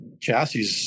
chassis